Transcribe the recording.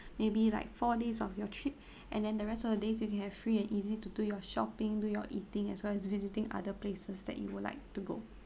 maybe like four days of your trip and then the rest of the days you can have free and easy to do your shopping do your eating as well as visiting other places that you would like to go